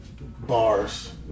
Bars